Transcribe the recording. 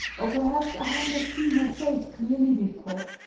or perhaps i had not seen her face clearly before,